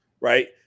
right